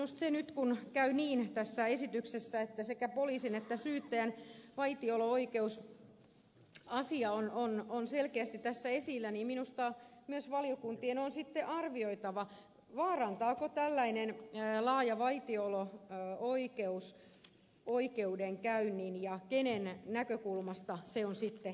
minusta nyt kun käy niin tässä esityksessä että sekä poliisin että syyttäjän vaitiolo oikeusasia on selkeästi tässä esillä myös valiokuntien on sitten arvioitava vaarantaako tällainen laaja vaitiolo oikeus oikeudenkäynnin ja kenen näkökulmasta se on sitten oikeudenmukaista